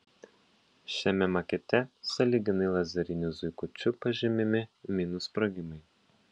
šiame makete sąlyginai lazeriniu zuikučiu pažymimi minų sprogimai